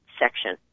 section